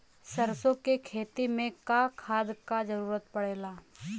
सरसो के खेती में का खाद क जरूरत पड़ेला?